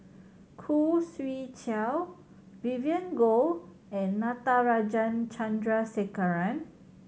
Khoo Swee Chiow Vivien Goh and Natarajan Chandrasekaran